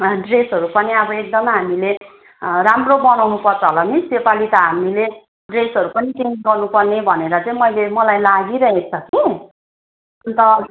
ड्रेसहरू पनि अब एकदम हामीले राम्रो बनाउनु पर्छ होला मिस योपालि त हामीले ड्रेसहरू पनि चेन्ज गर्नु पर्ने भनेर चाहिँ मैले मलाई लागि राखेको छ कि अन्त